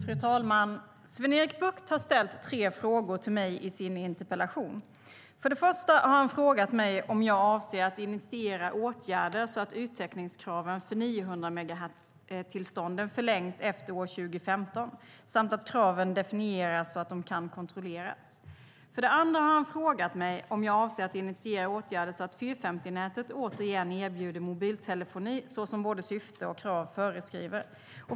Fru talman! Sven-Erik Bucht har ställt tre frågor till mig i sin interpellation. För det första har han frågat mig om jag avser att initiera åtgärder så att yttäckningskraven för 900-megahertztillstånden förlängs efter år 2015 samt att kraven definieras så att de kan kontrolleras. För det andra har han frågat mig om jag avser att initiera åtgärder så att 450-nätet återigen erbjuder mobiltelefoni så som både syfte och krav föreskriver.